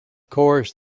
course